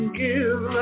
give